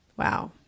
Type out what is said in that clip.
Wow